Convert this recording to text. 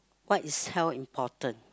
why is health important